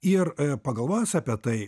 ir pagalvojus apie tai